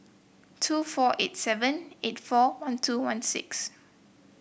two four eight seven eight four one two one six